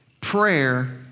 Prayer